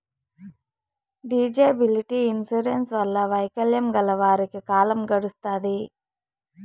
disability insurance వల్ల వైకల్యం గల వారికి కాలం గడుత్తాది